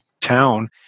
town